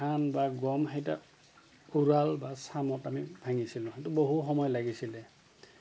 ধান বা গম সেইটা উৰাল বা চামত আমি ভাঙিছিলোঁ সেইটো বহু সময় লাগিছিলে